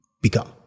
become